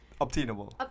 Obtainable